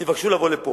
יבקשו לבוא לפה.